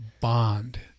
Bond